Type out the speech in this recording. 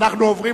אנו עוברים